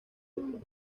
otro